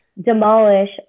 demolish